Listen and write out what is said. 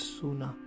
sooner